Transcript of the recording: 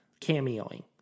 cameoing